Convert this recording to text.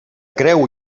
creu